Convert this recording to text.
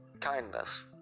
kindness